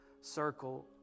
circle